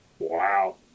Wow